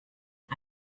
out